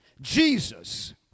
Jesus